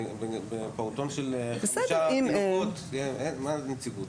בפעוטון של חמישה מקומות אין נציגות.